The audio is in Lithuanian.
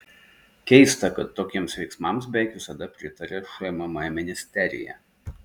keista kad tokiems veiksmams beveik visada pritaria šmm ministerija